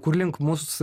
kurlink mus